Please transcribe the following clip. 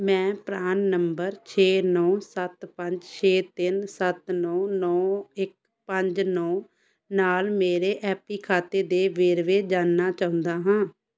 ਮੈਂ PRAN number ਛੇ ਨੌ ਸੱਤ ਪੰਜ ਛੇ ਤਿੰਨ ਸੱਤ ਨੌ ਨੌ ਇੱਕ ਪੰਜ ਨੌ ਨਾਲ ਮੇਰੇ ਐਪੀ ਖਾਤੇ ਦੇ ਵੇਰਵੇ ਜਾਨਣਾ ਚਾਹੁੰਦਾ ਹਾਂ